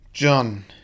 John